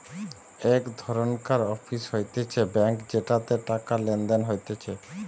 এক ধরণকার অফিস হতিছে ব্যাঙ্ক যেটাতে টাকা লেনদেন হতিছে